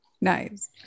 nice